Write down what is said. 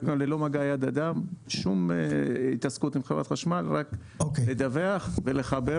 ללא מגע יד אדם שום התעסקות עם חברת חשמל רק לדווח ולחבר.